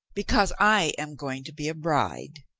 because i am going to be a bride.